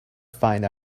find